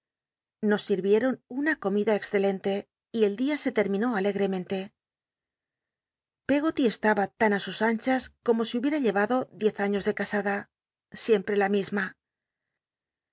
nos sirl'ieron una comida excelente y el dia se terminó alegremente peggoty estaba tan i sus anchas como si huhicta llc ado diez aiío de ca ada siempre la mi